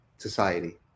society